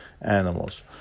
animals